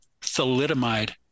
thalidomide